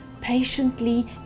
patiently